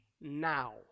now